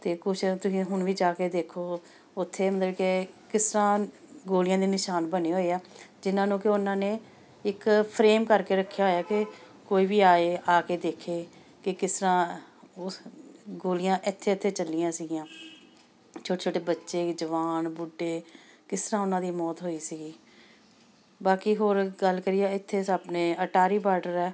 ਅਤੇ ਕੁਛ ਤੁਸੀਂ ਹੁਣ ਵੀ ਜਾ ਕੇ ਦੇਖੋ ਉੱਥੇ ਮਤਲਬ ਕਿ ਕਿਸ ਤਰ੍ਹਾਂ ਗੋਲੀਆਂ ਦੇ ਨਿਸ਼ਾਨ ਬਣੇ ਹੋਏ ਆ ਜਿਨ੍ਹਾਂ ਨੂੰ ਕਿ ਉਹਨਾਂ ਨੇ ਇੱਕ ਫਰੇਮ ਕਰਕੇ ਰੱਖਿਆ ਹੋਇਆ ਕਿ ਕੋਈ ਵੀ ਆਏ ਆ ਕੇ ਦੇਖੇ ਕਿ ਕਿਸ ਤਰ੍ਹਾਂ ਉਸ ਗੋਲੀਆਂ ਇੱਥੇ ਇੱਥੇ ਚੱਲੀਆਂ ਸੀਗੀਆਂ ਛੋਟੇ ਛੋਟੇ ਬੱਚੇ ਜਵਾਨ ਬੁੱਢੇ ਕਿਸ ਤਰ੍ਹਾਂ ਉਹਨਾਂ ਦੀ ਮੌਤ ਹੋਈ ਸੀਗੀ ਬਾਕੀ ਹੋਰ ਗੱਲ ਕਰੀਏ ਇੱਥੇ ਆਪਣੇ ਅਟਾਰੀ ਬਾਰਡਰ ਹੈ